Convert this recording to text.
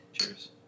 Cheers